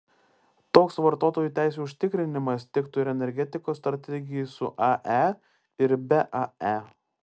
toks vartotojų teisių užtikrinimas tiktų ir energetikos strategijai su ae ir be ae